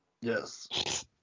Yes